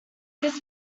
his